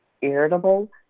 irritable